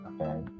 okay